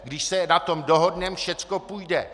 Když se na tom dohodneme, všechno půjde.